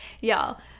Y'all